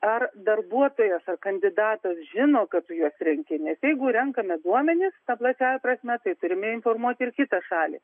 ar darbuotojas ar kandidatas žino kad tu juos renki nes jeigu renkame duomenis plačiąja prasme tai turime informuoti ir kitą šalį